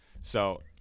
So-